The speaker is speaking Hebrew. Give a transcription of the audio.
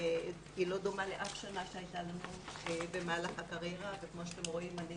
השנה לא דומה לאף שנה שהייתה לנו במהלך הקריירה וכמו שאתם רואים אני